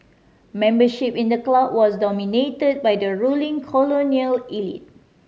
membership in the club was dominated by the ruling colonial elite